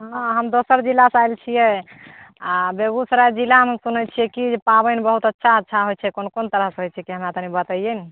हाँ हम दोसर जिलासँ आएल छियै आ बेगुसराय जिलामे सुने छियै कि जे पाबनि बहुत अच्छा अच्छा होइत छै कोन कोन तरहसँ होइत छै केना कनि बताइए ने